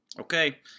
Okay